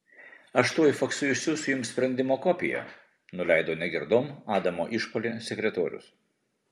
aš tuoj faksu išsiųsiu jums sprendimo kopiją nuleido negirdom adamo išpuolį sekretorius